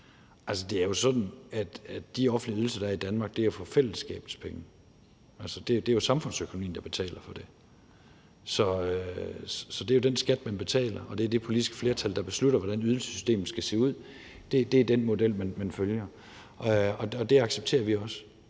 de offentlige ydelser, der er i Danmark, betales med fællesskabets penge. Altså, det er jo samfundsøkonomien, der betaler for det. Så det er jo den skat, man betaler. Og det er det politiske flertal, der beslutter, hvordan ydelsessystemet skal se ud; det er den model, man følger. Og det accepterer vi også.